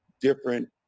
different